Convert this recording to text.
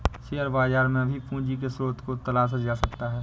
share बाजार में भी पूंजी के स्रोत को तलाशा जा सकता है